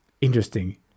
interesting